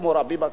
כמו רבים אחרים.